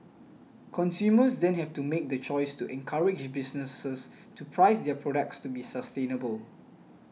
consumers then have to make the choice to encourage businesses to price their products to be sustainable